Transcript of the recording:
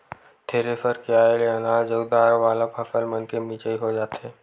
thresher के आये ले अनाज अउ दार वाला फसल मनके मिजई हो जाथे